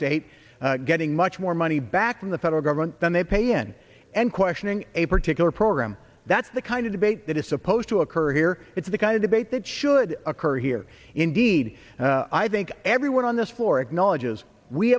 state getting much more money back from the federal government than they pay in and questioning a particular program that's the kind of debate that is supposed to occur here it's the kind of debate that should occur here indeed i think everyone on this floor acknowledges we